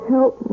Help